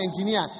engineer